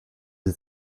sie